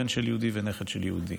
בן של יהודי ונכד של יהודי,